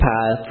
path